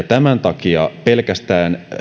tämän takia pelkästään